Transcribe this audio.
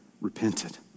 repented